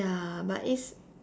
ya but it's